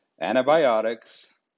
antibiotics